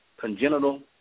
congenital